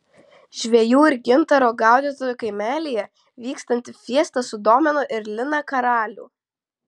žvejų ir gintaro gaudytojų kaimelyje vykstanti fiesta sudomino ir liną karalių